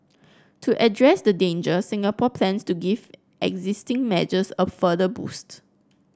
to address the danger Singapore plans to give existing measures a further boost